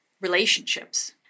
relationships